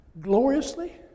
Gloriously